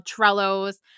Trello's